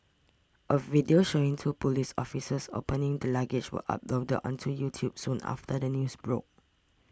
a video showing two police officers opening the luggage was uploaded onto YouTube soon after the news broke